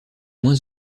moins